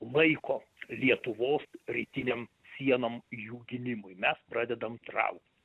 laiko lietuvos rytinėm sienom jų gynimui mes pradedam trauktis